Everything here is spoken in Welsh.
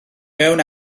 mewn